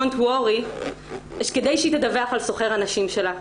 don't worry כדי שהיא תדווח על סוחר הנשים שלה,